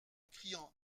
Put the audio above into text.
criant